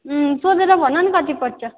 अँ सोधेर भन न कति पर्छ